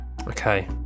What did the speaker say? Okay